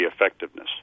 effectiveness